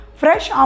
fresh